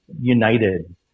United